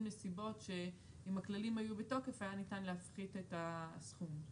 נסיבות שאם הכללים היו בתוקף היה ניתן להפחית את הסכום.